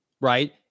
Right